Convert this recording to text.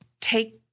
take